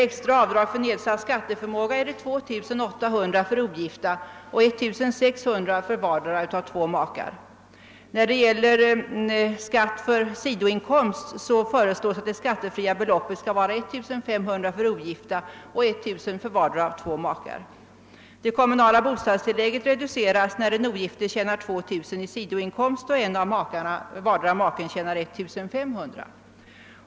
Extra avdrag för nedsatt skatteförmåga är 2 800 kronor för ogifta och 1600 för vardera av två makar. Vad gäller skatt för sidoinkomst föreslås det skattefria beloppet bli 1500 kronor för ogifta och 1 000 för vardera av två makar. Det kommunala bostadstillägget reduceras när den ogifta tjänar 2 000 kronor i sidoinkomst och en av vardera makarna tjänar 1500 kronor.